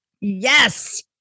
Yes